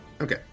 Okay